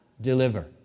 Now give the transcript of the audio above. deliver